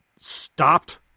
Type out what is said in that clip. stopped